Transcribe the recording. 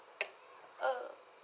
oh